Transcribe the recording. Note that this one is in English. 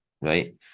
right